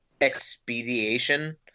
expediation